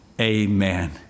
Amen